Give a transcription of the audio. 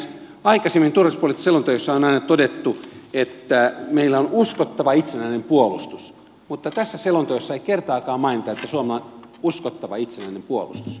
aikaisemmin turvallisuuspoliittisissa selonteoissa on aina todettu että meillä on uskottava itsenäinen puolustus mutta tässä selonteossa ei kertaakaan mainita että suomella on uskottava itsenäinen puolustus